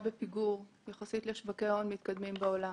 בפיגור יחסית לשווקי הון מתקדמים בעולם.